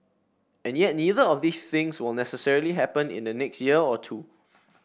and yet neither of these things will necessarily happen in the next year or two